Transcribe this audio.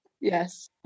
Yes